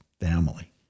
family